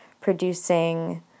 producing